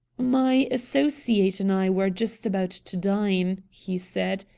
my associate and i were just about to dine, he said.